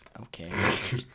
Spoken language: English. okay